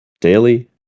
daily